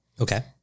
Okay